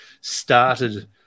started